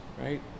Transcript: right